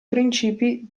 principi